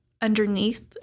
underneath